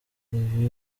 ibi